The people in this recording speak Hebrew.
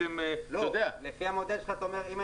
וסרצוג.